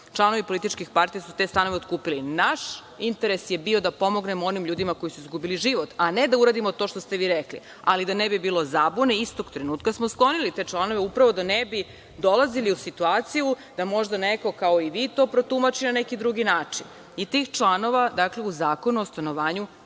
članovi političkih partija su te stanove otkupili. Naš interes je bio da pomognemo onim ljudima koji su izgubili život, a ne da uradimo to što ste vi rekli. Ali, da ne bi bilo zabune, istog trenutka smo sklonili te članove, upravo da ne bi dolazili u situaciju da možda neko, kao i vi, to protumači na neki drugi način. Amandman je podnela SNS i ti članovi